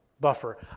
buffer